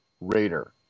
Raider